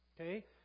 Okay